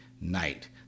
night